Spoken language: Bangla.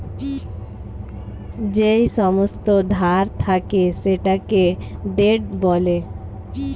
যেই সমস্ত ধার থাকে সেটাকে ডেট বলে